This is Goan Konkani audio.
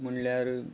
म्हणल्यार